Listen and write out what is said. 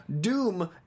doom